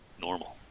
normal